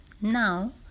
Now